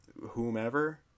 whomever